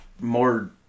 more